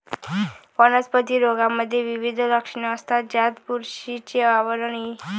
वनस्पती रोगांमध्ये विविध लक्षणे असतात, ज्यात बुरशीचे आवरण इ